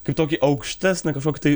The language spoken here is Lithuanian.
kaip tokį aukštesnį kažkokį tai